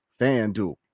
FanDuel